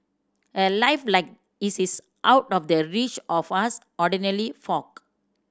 a life like his is out of the reach of us ordinary folk